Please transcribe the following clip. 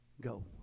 go